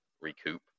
recoup